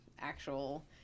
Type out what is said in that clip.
actual